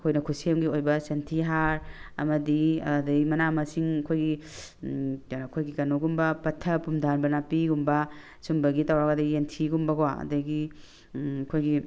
ꯑꯩꯈꯣꯏꯅ ꯈꯨꯠꯁꯦꯝꯒꯤ ꯑꯣꯏꯕ ꯁꯟꯊꯤ ꯍꯥꯔ ꯑꯃꯗꯤ ꯑꯗꯒꯤ ꯃꯅꯥ ꯃꯁꯤꯡ ꯑꯩꯈꯣꯏꯒꯤ ꯀꯩꯅꯣ ꯑꯩꯈꯣꯏꯒꯤ ꯀꯩꯅꯣꯒꯨꯝꯕ ꯄꯠꯊ ꯄꯨꯝꯊꯍꯟꯕ ꯅꯥꯄꯤꯒꯨꯝꯕ ꯁꯨꯝꯕꯒꯤ ꯇꯧꯔꯒꯗꯤ ꯌꯦꯟꯊꯤꯒꯨꯝꯕꯀꯣ ꯑꯗꯒꯤ ꯑꯩꯈꯣꯏꯒꯤ